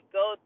go